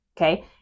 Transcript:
Okay